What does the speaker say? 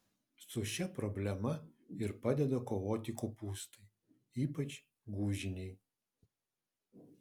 su šia problema ir padeda kovoti kopūstai ypač gūžiniai